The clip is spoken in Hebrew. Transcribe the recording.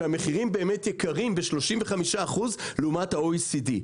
שהמחירים באמת יקרים ב-35% לעומת ה-OECD.